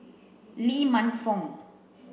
Lee Man Fong